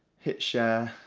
hit share,